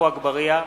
עפו אגבאריה,